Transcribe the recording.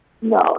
No